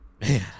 man